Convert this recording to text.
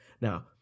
Now